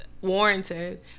warranted